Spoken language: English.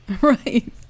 Right